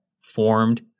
formed